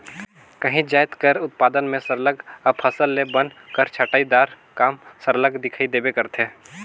काहींच जाएत कर उत्पादन में सरलग अफसल ले बन कर छंटई दार काम सरलग दिखई देबे करथे